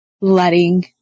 letting